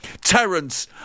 terence